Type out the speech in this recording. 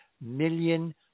million